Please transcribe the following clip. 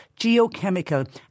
geochemical